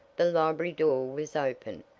the library door was open,